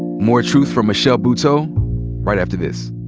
more truth from michelle buteau right after this.